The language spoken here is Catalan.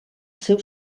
seu